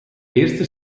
erster